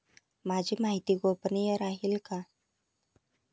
माझी माहिती गोपनीय राहील का?